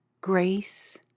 grace